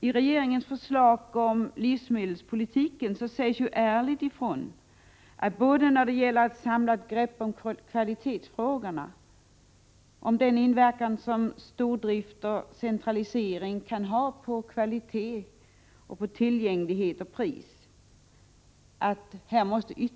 I regeringens förslag om en livsmedelspolitik sägs ärligt ifrån att det måste till ytterligare utredningar när det gäller både ett samlat grepp om kvalitetsfrågorna och om den inverkan som stordrift och centralisering kan ha på kvalitet, tillgänglighet och pris.